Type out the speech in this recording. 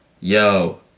yo